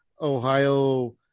Ohio